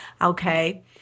okay